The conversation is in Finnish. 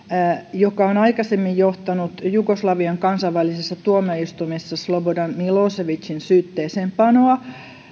joka on aikaisemmin johtanut jugoslavian kansainvälisessä tuomioistuimessa slobodan milosevicin syytteeseenpanoa